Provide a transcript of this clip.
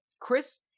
chris